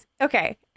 okay